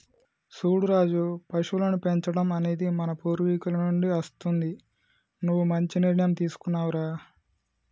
సూడు రాజు పశువులను పెంచడం అనేది మన పూర్వీకుల నుండి అస్తుంది నువ్వు మంచి నిర్ణయం తీసుకున్నావ్ రా